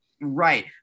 Right